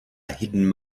hidden